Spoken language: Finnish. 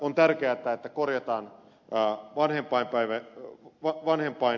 on tärkeää että korjataan vanhempainvapaajärjestelmä